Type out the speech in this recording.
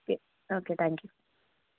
okay okay thank you